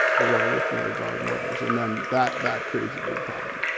the revolutionary guard and others. and then that that creates a big problem.